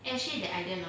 actually the idea